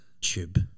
tube